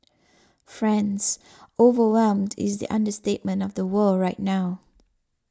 friends overwhelmed is the understatement of the world right now